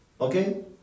Okay